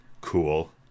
cool